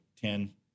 ten